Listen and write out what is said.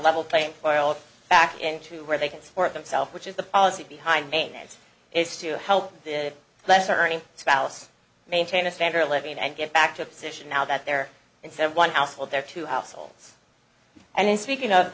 level playing well back into where they can support themselves which is the policy behind main aims is to help the less earning spouse maintain a standard of living and get back to position now that they're instead of one household they're two households and in speaking of